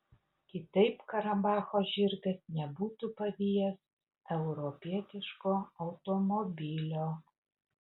kitaip karabacho žirgas nebūtų pavijęs europietiško automobilio